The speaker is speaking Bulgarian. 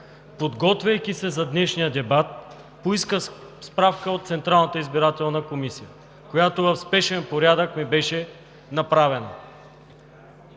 Подготвяйки се за днешния дебат, поисках справка от Централната избирателна комисия, която в спешен порядък ми беше направена